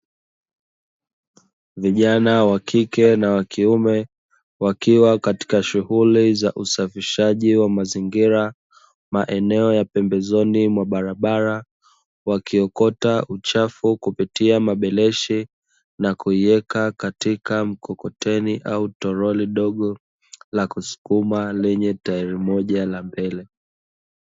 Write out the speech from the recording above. Vijana wakike na wakiume wakiwa katika shughuri za usafishaji wa mazingira maeneeo ya pembezoni mwa barabara, wakiokota uchafu kupitia mabereshi na kuiweka katika mkokoteni au torili dogo la kusukuma lenye tairi moja la mbele.